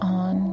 on